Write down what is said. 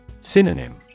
Synonym